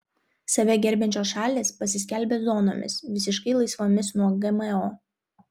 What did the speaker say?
save gerbiančios šalys pasiskelbė zonomis visiškai laisvomis nuo gmo